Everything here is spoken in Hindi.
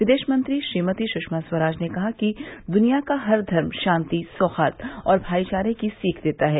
विदेश मंत्री श्रीमती सुषमा स्वराज ने कहा कि दुनिया का हर धर्म शांति सौहार्द और भाईचारे की सीख देता है